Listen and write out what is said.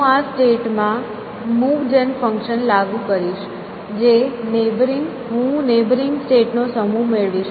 હું આ સ્ટેટ માં મૂવ જેન ફંક્શન લાગુ કરીશ હું નેબરિંગ સ્ટેટ નો સમૂહ મેળવીશ